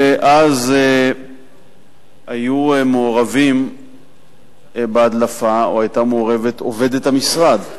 אז היתה מעורבת בהדלפה עובדת המשרד,